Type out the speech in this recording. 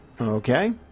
Okay